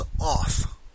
off